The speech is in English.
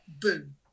boom